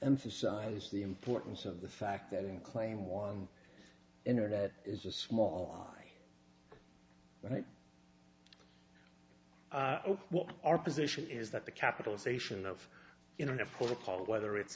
emphasise the importance of the fact that in claim one internet is a small right what our position is that the capitalization of internet protocol whether it's